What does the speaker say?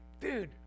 dude